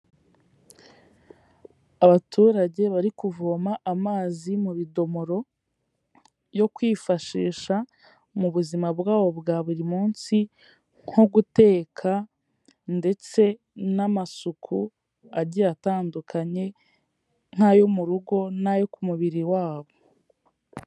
Abaturage bari kuvoma amazi mu bidomoro yo kwifashisha mu buzima bwabo bwa buri munsi nko guteka ndetse n'amasuku agiye atandukanye, nk'ayo mu rugo n'ayo ku mubiri wabo.